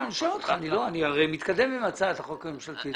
אני הרי מתקדם עם הצעת החוק הממשלתית.